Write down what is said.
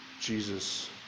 Jesus